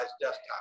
desktop